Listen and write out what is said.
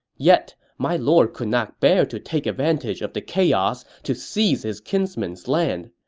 yet, my lord could not bear to take advantage of the chaos to seize his kinsman's land.